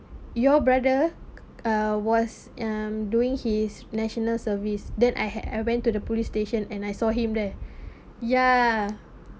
your brother uh was um doing his national service then I had I went to the police station and I saw him there ya